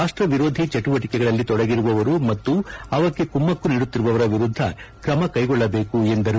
ರಾಷ್ಟ ವಿರೋಧಿ ಚಟುವಟಿಕೆಗಳಲ್ಲಿ ತೊಡಗಿರುವವರು ಮತ್ತು ಅವಕ್ಕೆ ಕುಮ್ಮಕ್ಕು ನೀಡುತ್ತಿರುವವರ ವಿರುದ್ಧ ಕ್ರಮ ಕೈಗೊಳ್ಳಬೇಕು ಎಂದರು